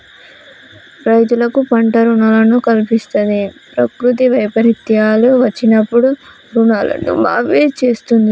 రైతులకు పంట రుణాలను కల్పిస్తంది, ప్రకృతి వైపరీత్యాలు వచ్చినప్పుడు రుణాలను మాఫీ చేస్తుంది